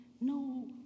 no